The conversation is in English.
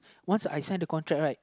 once I signed the contract right